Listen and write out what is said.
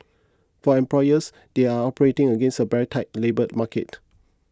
for employers they are operating against a very tight labour market